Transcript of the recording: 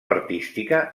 artística